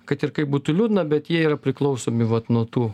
kad ir kaip būtų liūdna bet jie yra priklausomi vat nuo tų